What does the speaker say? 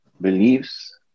beliefs